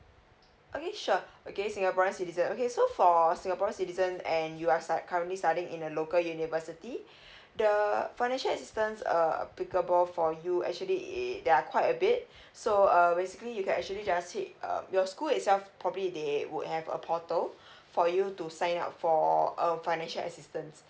okay sure okay singaporeans citizen okay so for singapore citizen and you are stud~ currently studying in a local university the financial assistance err applicable for you actually it it there are quite a bit so err basically you can actually just head um your school itself probably they would have a portal for you to sign up for a financial assistance